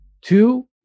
two